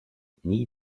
nii